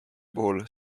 puhul